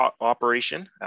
operation